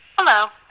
Hello